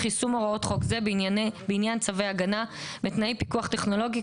יישום הוראות חוק זה בעניין צווי הגנה בתנאי פיקוח טכנולוגי,